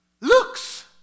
Looks